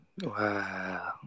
Wow